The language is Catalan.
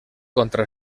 contra